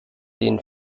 den